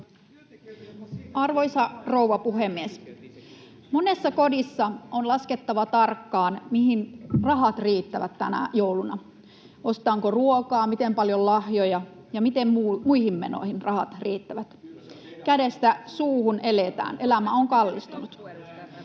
Arvoisa rouva puhemies! Monessa kodissa on laskettava tarkkaan, mihin rahat riittävät tänä jouluna: ostetaanko ruokaa, miten paljon lahjoja, ja miten rahat riittävät muihin menoihin. Kädestä suuhun eletään, elämä on kallistunut.